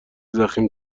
ضخیم